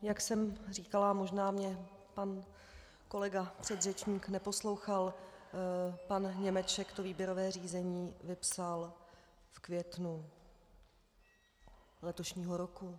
Jak jsem říkala, možná mě pan kolega předřečník neposlouchal, pan Němeček výběrové řízení vypsal v květnu loňského roku.